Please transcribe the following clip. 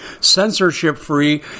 censorship-free